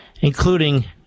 including